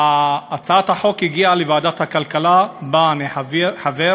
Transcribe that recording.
הצעת החוק הגיעה לוועדת הכלכלה שבה אני חבר.